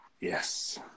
Yes